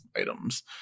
items